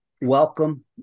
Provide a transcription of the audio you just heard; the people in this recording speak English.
welcome